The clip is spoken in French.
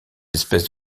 espèces